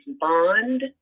bond